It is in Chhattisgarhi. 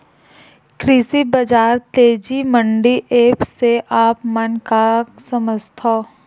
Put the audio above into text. कृषि बजार तेजी मंडी एप्प से आप मन का समझथव?